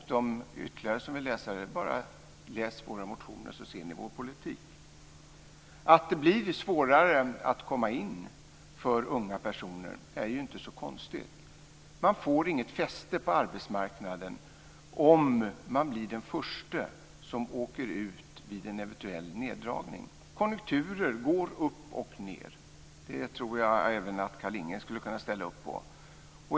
Även övriga kan bara läsa våra motioner så ser de vår politik. Att det blir svårare att komma in för unga personer är inte så konstigt. Man får inget fäste på arbetsmarknaden om man blir den förste som åker ut vid en eventuell neddragning. Konjunkturer går upp och ned - det tror jag även att Carlinge skulle kunna ställa upp på.